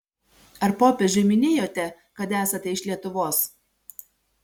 ar popiežiui minėjote kad esate iš lietuvos